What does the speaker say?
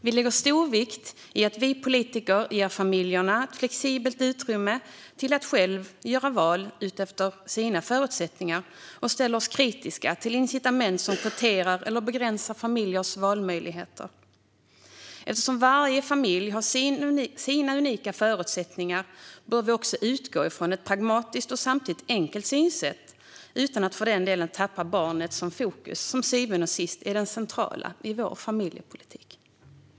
Vi lägger stor vikt vid att vi politiker ger familjerna ett flexibelt utrymme till att själva göra val utifrån sina förutsättningar och ställer oss kritiska till incitament som kvoterar eller begränsar familjers valmöjligheter. Eftersom varje familj har sina unika förutsättningar bör vi också utgå från ett pragmatiskt och enkelt synsätt utan att för den skull tappa fokus på barnet, som ju till syvende och sist är det centrala i vår familjepolitik.